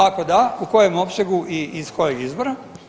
Ako da u kojem opsegu i iz kojeg izvora?